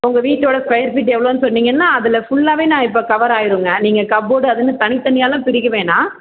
உங்கள் வீட்டோட square feet எவ்வளோன்னு சொன்னீங்கன்னா அதில் ஃபுல்லாகவே நான் இப்போ கவர் ஆயிருங்க நீங்கள் கப்போர்ட் அதுன்னு தனி தனியாகலாம் பிரிக்க வேணாம்